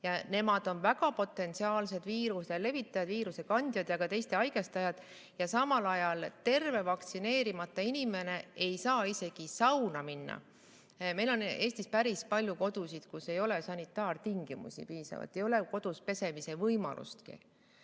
ja on väga potentsiaalsed viiruse levitajad, viiruse kandjad ja teiste haigestajad. Samal ajal terve, aga vaktsineerimata inimene ei saa isegi sauna minna. Meil on Eestis päris palju kodusid, kus ei ole sanitaartingimused piisavalt head, ei ole pesemisvõimalustki.